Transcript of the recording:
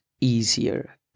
easier